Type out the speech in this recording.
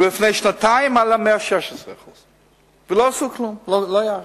ולפני שנתיים, 116%. ולא עשו כלום, לא היה רעש.